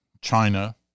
China